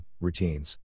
routines